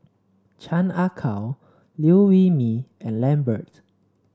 Chan Ah Kow Liew Wee Mee and Lambert